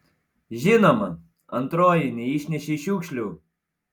žinoma antroji neišnešei šiukšlių